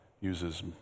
uses